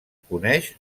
coneix